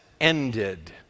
ended